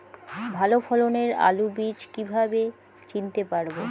ভালো ফলনের আলু বীজ কীভাবে চিনতে পারবো?